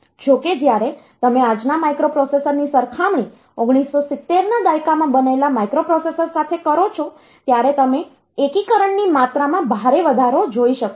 જો કે જ્યારે તમે આજના માઇક્રોપ્રોસેસરની સરખામણી 1970ના દાયકામાં બનેલા માઇક્રોપ્રોસેસર સાથે કરો છો ત્યારે તમે એકીકરણની માત્રામાં ભારે વધારો શોધી શકો છો